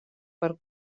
per